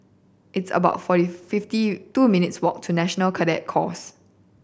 it's about forty fifty two minutes' walk to National Cadet Corps